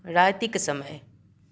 रातिक समय